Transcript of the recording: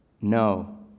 no